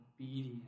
obedience